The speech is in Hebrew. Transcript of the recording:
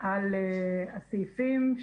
יכול להיות.